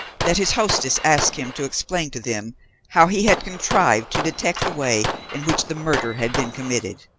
that his hostess asked him to explain to them how he had contrived to detect the way in which the murder had been committed.